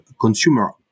consumer